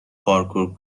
پارکور